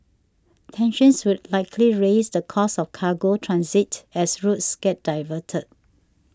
tensions would likely raise the cost of cargo transit as routes get diverted